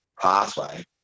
pathway